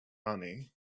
money